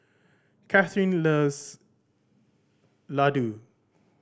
Kathryn loves laddu